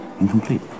Incomplete